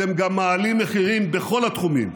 אתם גם מעלים מחירים בכל התחומים.